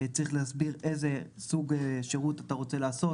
וצריך להסביר איזה סוג שירות אתה רוצה לעשות,